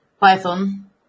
Python